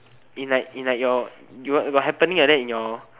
in like in like your you got got happening like that in your